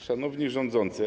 Szanowni Rządzący!